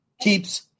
keeps